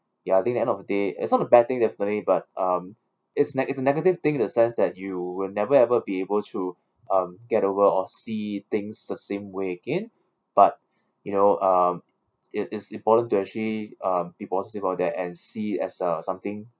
ya I think end of the day it's not a bad thing definitely but um it's neg~ it's a negative thing in the sense that you will never ever be able to um get over or see things the same way again but you know um it is important to actually um be positive out there and see as uh something